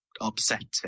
upsetting